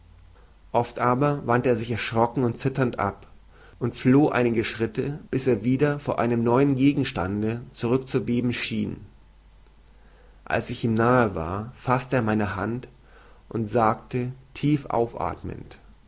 oft aber wandte er sich erschrocken und zitternd ab und floh einige schritte bis er wieder vor einem neuen gegenstande zurückzubeben schien als ich ihm nahe war faßte er meine hand und sagte